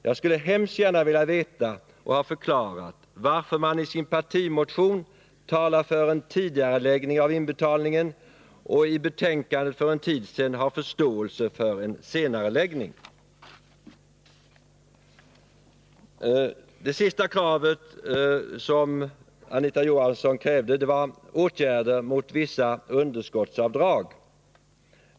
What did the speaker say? Jag skulle hemskt gärna vilja veta och få förklarat varför man i sin partimotion talar för en tidigareläggning av inbetalningen och i betänkandet för en tid sedan har förståelse för en senareläggning. Det sista som Anita Johansson krävde var åtgärder mot vissa underskottsavdrag.